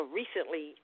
recently